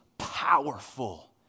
powerful